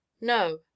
No